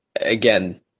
again –